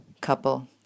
couple